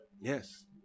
Yes